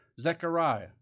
Zechariah